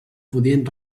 podien